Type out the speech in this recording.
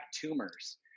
tumors